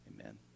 amen